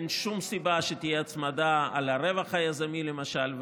אין שום סיבה שתהיה הצמדה על הרווח היזמי למשל.